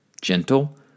gentle